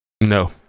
No